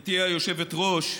גברתי היושבת-ראש,